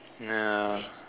nah